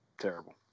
Terrible